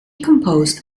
composed